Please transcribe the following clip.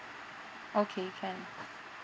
okay can